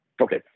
Okay